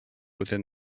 within